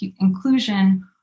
inclusion